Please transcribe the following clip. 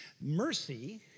Mercy